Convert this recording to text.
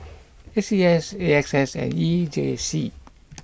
A C S A X S and E J C